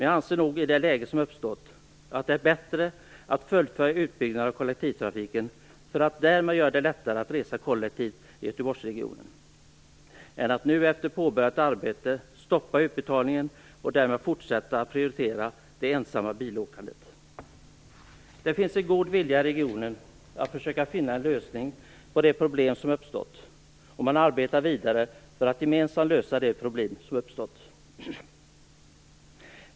Jag anser att det i det läge som uppstått är bättre att fullfölja utbyggnaden av kollektivtrafiken för att därmed göra det lättare för folk att resa kollektivt i Göteborgsregionen än att nu efter påbörjat arbete stoppa utbetalningen och därmed fortsätta att prioritera det enskilda bilåkandet. Det finns en god vilja i regionen att försöka finna en lösning på de problem som uppstått. Man arbetar vidare för att gemensamt lösa de problem som uppstått.